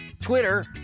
Twitter